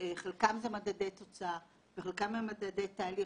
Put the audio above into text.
חלקם זה מדדי תוצאה וחלקם מדדי תהליך,